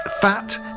fat